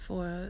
for